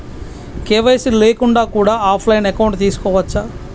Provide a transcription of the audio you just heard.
KYC లేకుండా కూడా offline account తీసుకోవచ్చా?